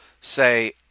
say